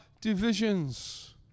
divisions